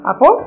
Apo